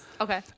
Okay